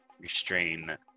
restrain